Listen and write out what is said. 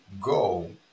go